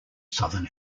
southern